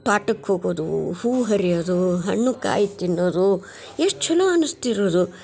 ತೋಟಕ್ಕೆ ಹೋಗೋದು ಹೂ ಹರಿಯದು ಹಣ್ಣು ಕಾಯಿ ತಿನ್ನೋದು ಎಷ್ಟು ಚೊಲೋ ಅನಿಸ್ತಿರೋದು